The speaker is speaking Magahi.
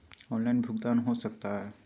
ऑनलाइन भुगतान हो सकता है?